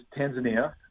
Tanzania